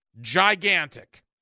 Gigantic